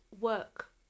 work